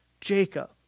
Jacob